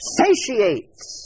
satiates